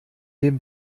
dem